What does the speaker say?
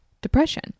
depression